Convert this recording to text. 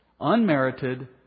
unmerited